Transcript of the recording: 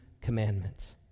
commandments